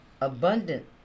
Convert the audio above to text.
abundant